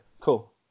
cool